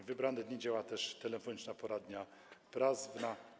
W wybrane dni działa też telefoniczna poradnia prawna.